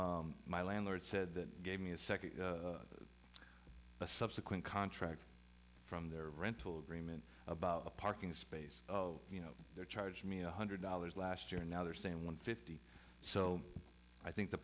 my landlord said that gave me a second a subsequent contract from their rental agreement about a parking space you know their charge me one hundred dollars last year and now they're saying one fifty so i think the